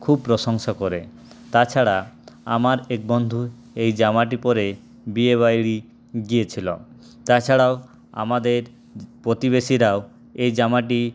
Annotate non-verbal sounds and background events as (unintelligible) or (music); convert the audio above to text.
খুব প্রশংসা করে তাছাড়া আমার এক বন্ধু এই জামাটি পরে বিয়েবাড়ি গিয়েছিল তাছাড়াও আমাদের (unintelligible) প্রতিবেশীরাও এই জামাটি